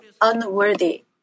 unworthy